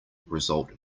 result